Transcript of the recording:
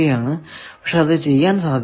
അത് പക്ഷെ ചെയ്യാൻ സാധിക്കും